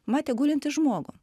matė gulintį žmogų